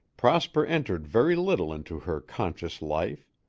prosper entered very little into her conscious life.